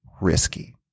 risky